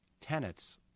tenets